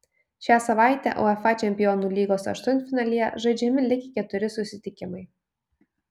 šią savaitę uefa čempionų lygos aštuntfinalyje žaidžiami likę keturi susitikimai